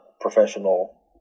professional